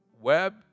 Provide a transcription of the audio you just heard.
web